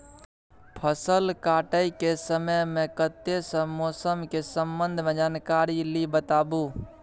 फसल काटय के समय मे कत्ते सॅ मौसम के संबंध मे जानकारी ली बताबू?